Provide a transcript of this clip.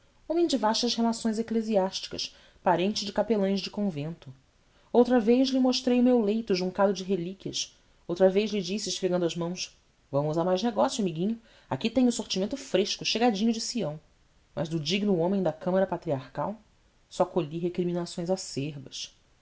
homem de vastas relações eclesiásticas parente de capelães de convento outra vez lhe mostrei o meu leito juncado de relíquias outra vez lhe disse esfregando as mãos vamos a mais negócio amiguinho aqui tenho sortimento fresco chegadinho de sião mas do digno homem da câmara patriarcal só recolhi recriminações